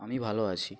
আমি ভালো আছি